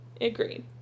Agreed